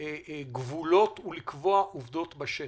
גבולות ולקבוע עובדות בשטח.